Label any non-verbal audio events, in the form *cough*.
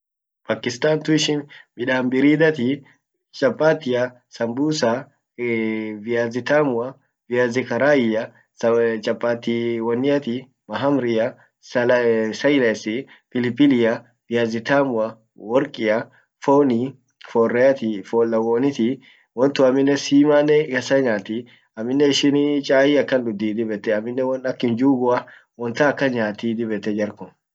Pakistan tun ishin midan biridha nyaati, chapatia, sambusa, *hesitation* viazi tamu, viazi karai, *unintelligible* chapati wonniati, mahamria, *unintelligible* pilipilia, viazi tamua, workia, foni, fon reati, fon lawwoniti, won tun amminen simanen ak dansa nyaati, amminen ishinii chai akan dudhi, dib ete amminen won aki njugua tan akan nyaati.